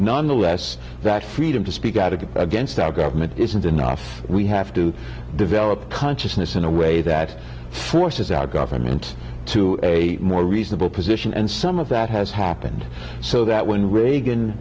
nonetheless that freedom to speak out against our government isn't enough we have to develop consciousness in a way that forces our government to a more reasonable position and some of that has happened so that when reagan